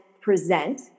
present